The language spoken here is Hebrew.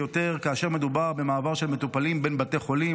יותר כאשר מדובר במעבר של מטופלים בין בתי חולים,